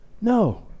No